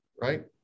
Right